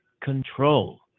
control